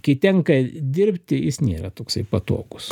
kai tenka dirbti jis nėra toksai patogus